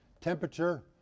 temperature